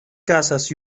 casas